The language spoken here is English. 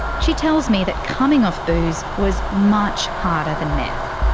she tells me that coming off booze was much harder than meth.